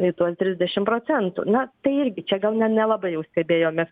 į tuos trisdešim procentų na tai irgi čia gal ne nelabai jau stebėjomės